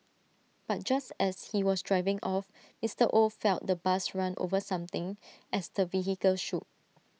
but just as he was driving off Mister oh felt the bus run over something as the vehicle shook